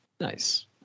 Nice